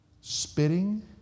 spitting